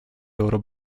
loro